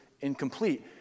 incomplete